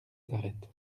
s’arrête